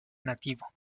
nativo